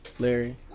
Larry